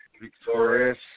victorious